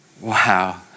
wow